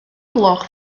gloch